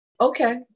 okay